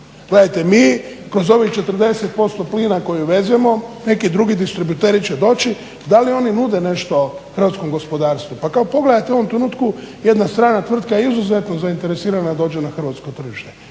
Gledajte, mi kroz ovih 40% plina koje uvezemo neki drugi distributeri će doći, da li oni nude nešto hrvatskom gospodarstvu. Pa pogledajte u ovom trenutku jedna strana tvrtka je izuzetno zainteresirana da dođe na hrvatsko tržište.